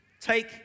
take